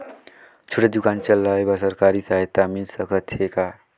छोटे दुकान चलाय बर सरकारी सहायता मिल सकत हे का?